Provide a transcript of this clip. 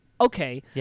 okay